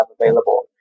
available